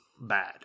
bad